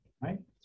right